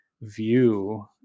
view